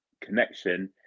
connection